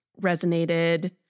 resonated